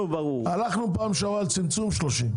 הלכנו פעם שעברה על צמצום 30,